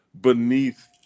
beneath